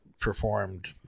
performed